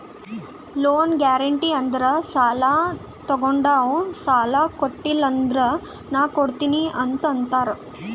loan guarantee ಅಂದುರ್ ಸಾಲಾ ತೊಗೊಂಡಾವ್ ಸಾಲಾ ಕೊಟಿಲ್ಲ ಅಂದುರ್ ನಾ ಕೊಡ್ತೀನಿ ಅಂತ್ ಅಂತಾರ್